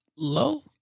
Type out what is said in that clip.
Low